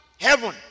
heaven